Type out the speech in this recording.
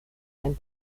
ein